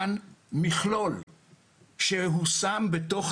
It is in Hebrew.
גלית כהן, מנכ"לית המשרד להגנת